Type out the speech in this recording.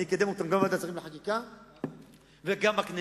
אני אקדם אותן גם בוועדת השרים לחקיקה וגם בכנסת.